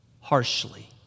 harshly